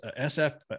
SF